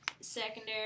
secondary